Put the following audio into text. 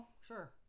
Sure